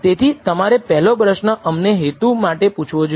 તેથી તમારે પહેલો પ્રશ્ન અમને હેતુ માટે પૂછવો જોઈએ